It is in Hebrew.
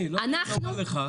אנחנו נבדוק את הכול,